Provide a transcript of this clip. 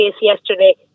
yesterday